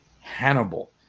Hannibal